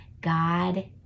God